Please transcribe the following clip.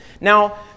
Now